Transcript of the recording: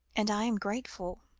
and i am grateful,